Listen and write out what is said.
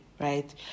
right